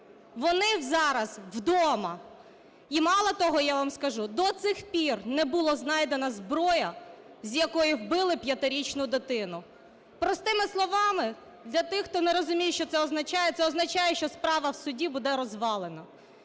Вони зараз вдома. І, мало того, я вам скажу, до цих пір не була знайдена зброя, з якої вбили 5-річну дитину. Простими словами, для тих, хто не розуміє, що це означає: це означає, що справа в суді буде розвалена.